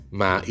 ma